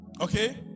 Okay